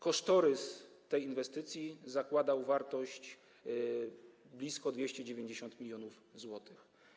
Kosztorys tej inwestycji zakładał wartość blisko 290 mln zł.